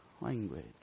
language